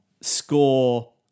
score